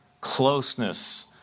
closeness